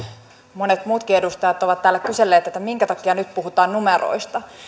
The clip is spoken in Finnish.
monet muutkin edustajat ovat täällä kyselleet minkä takia nyt puhutaan numeroista